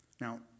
Now